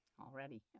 already